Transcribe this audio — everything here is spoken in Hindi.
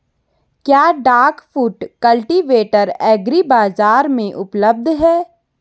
क्या डाक फुट कल्टीवेटर एग्री बाज़ार में उपलब्ध है?